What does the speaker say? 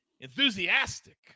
enthusiastic